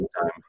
time